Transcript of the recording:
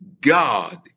God